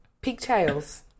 Pigtails